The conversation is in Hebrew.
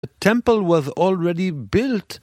המקדש כבר היה בנוי